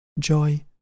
Joy